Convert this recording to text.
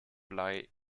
blei